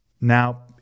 now